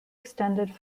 extended